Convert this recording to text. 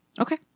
Okay